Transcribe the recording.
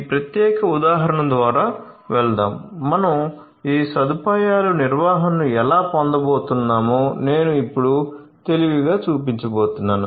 ఈ ప్రత్యేక ఉదాహరణ ద్వారా వెళదాం మనం ఈ సదుపాయాల నిర్వహణను ఎలా పొందబోతున్నామో నేను ఇప్పుడు తెలివిగా చూపించబోతున్నాను